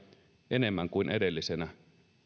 enemmän kuin edellisenä